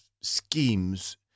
schemes